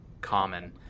common